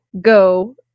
go